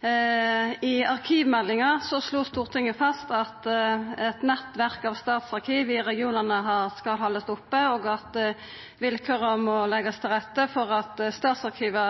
I samband med arkivmeldinga slo Stortinget fast at eit nettverk av statsarkiv i regionane skal haldast oppe, og at vilkåra må leggjast til rette for at statsarkiva